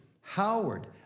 Howard